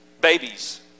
babies